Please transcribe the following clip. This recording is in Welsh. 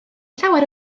llawer